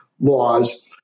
laws